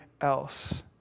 else